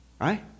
right